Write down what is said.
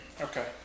Okay